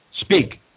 Speak